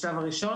זה בשלב הראשון,